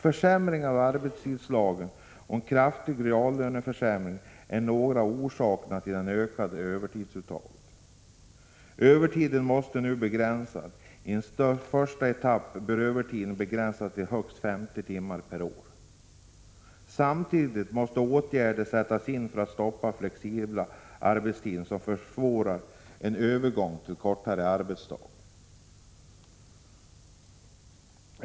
Försämringarna av arbetstidlagen och kraftiga reallöneförsämringar är några av orsakerna till det ökade övertidsuttaget. Övertiden måste nu begränsas. I en första etapp bör övertiden begränsas till högst 50 timmar per år. Samtidigt måste åtgärder sättas in för att stoppa flexibla arbetstider som försvårar en övergång till en kortare arbetsdag.